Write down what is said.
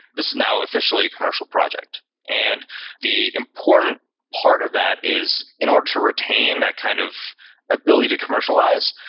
this is now officially a commercial project. and the important part of that is in order to retain that kind of ability to commercialize,